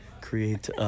create